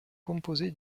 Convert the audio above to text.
composé